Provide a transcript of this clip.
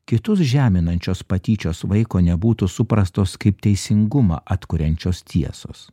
kitus žeminančios patyčios vaiko nebūtų suprastos kaip teisingumą atkuriančios tiesos